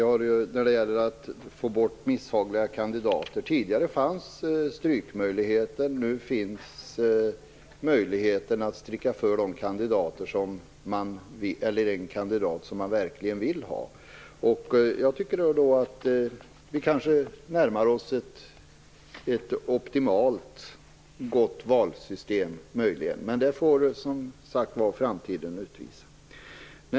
Herr talman! Tidigare fanns strykmöjligheten för att få bort misshagliga kandidater. Nu finns möjligheten att stryka för en kandidat som man verkligen vill ha. Jag tycker att vi kanske närmar oss ett optimalt gott valsystem, men det får framtiden utvisa.